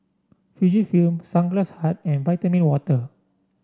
Fujifilm Sunglass Hut and Vitamin Water